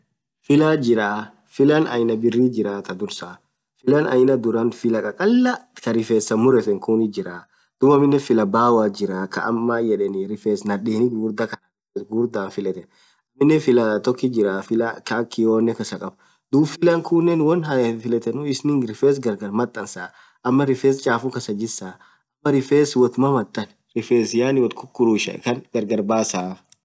Filah jiraah filah aina birri jirah thaa dhursaaaa filah aina dhurah filah khakhalaaa khaa rifesan murerthen khunith jirah. dhub aminen filah baothi jirah khaa amm maam yedhen rifes nadheni ghughurdha khaan ghughurdhan filethu aminen filah tokkit jirah filah khaa akha kioonen khasa khab dhub filah kunen won haen filethu is in rifes gargar mathasaa amkaaa rifes chafuu khasa jisaaaa ama rfes woth mamathan rifes yaani with khukhurushea Khan gargar basaaaa